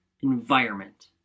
environment